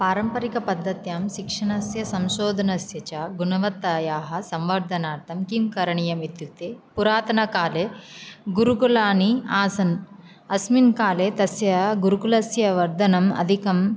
पारम्परिकपद्धत्यां शिक्षणस्य संशोधनस्य च गुणवत्तायाः संवर्धनार्थं किं करणीयमित्युक्ते पुरातनकाले गुरुकुलानि आसन् अस्मिन् काले तस्य गुरुकुलस्य वर्धनम् अधिकम्